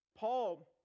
Paul